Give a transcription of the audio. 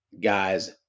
guys